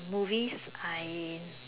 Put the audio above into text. uh movies I